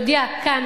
יודיע כאן,